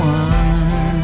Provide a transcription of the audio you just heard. one